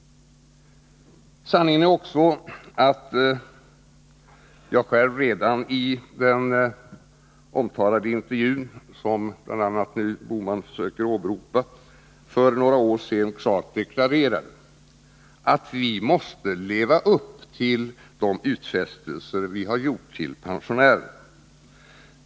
Sanningen är också att jag redan i den omtalade intervjun för några år sedan, som bl.a. Gösta Bohman åberopade, klart deklarerade att vi måste leva upp till våra utfästelser till pensionärerna.